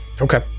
Okay